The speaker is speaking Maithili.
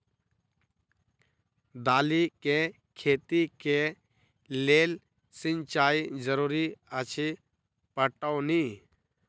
दालि केँ खेती केँ लेल सिंचाई जरूरी अछि पटौनी?